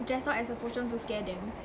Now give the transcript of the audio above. dress up as a pocong to scare them